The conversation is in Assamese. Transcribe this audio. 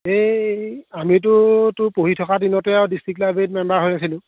এই আমিতোতো পঢ়ি থকা দিনতে আৰু ডিষ্ট্ৰিক্ট লাইব্ৰেৰীত মেম্বাৰ হৈ আছিলোঁ